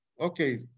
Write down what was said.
Okay